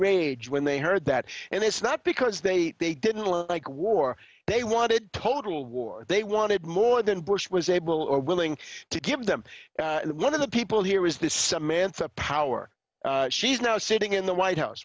rage when they heard that and it's not because they they didn't like war they wanted total war they wanted more than bush was able or willing to give them one of the people here is the samantha power she's now sitting in the white house